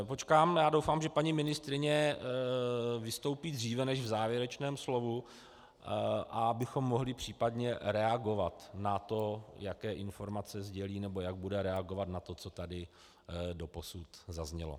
Počkám, doufám, že paní ministryně vystoupí dříve než v závěrečném slovu, abychom případně mohli reagovat na to, jaké informace sdělí nebo jak bude reagovat na to, co tady doposud zaznělo.